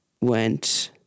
went